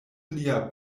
lia